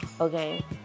Okay